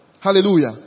Hallelujah